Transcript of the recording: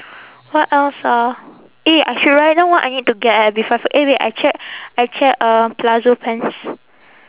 what else ah eh I should write down what I need to get eh before I for~ eh wait I check I check uh palazzo pants